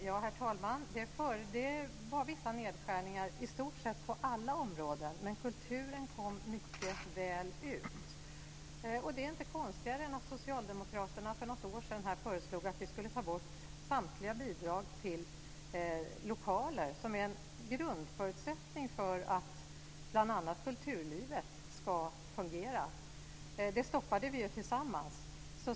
Herr talman! Det var vissa nedskärningar på i stort sett alla områden, men utfallet blev mycket bra för kulturen. Det är inte konstigare än att socialdemokraterna för något år sedan föreslog att vi skulle ta bort samtliga bidrag till lokaler, som är en grundförutsättning för att bl.a. kulturlivet ska fungera. Det stoppade vi tillsammans.